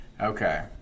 Okay